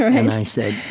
and i said,